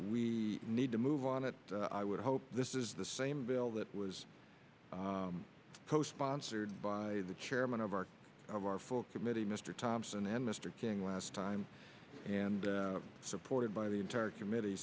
we need to move on it i would hope this is the same bill that was post sponsored by the chairman of our of our full committee mr thompson and mr king last time and supported by the entire committee